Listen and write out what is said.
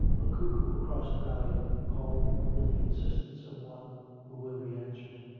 a cuckoo across the valley called with the insistence of one who will be answered.